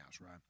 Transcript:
right